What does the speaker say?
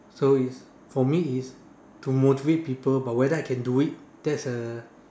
so is for me is to motivate people but whether I can do it that's a